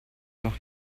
noch